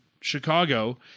Chicago